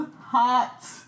hot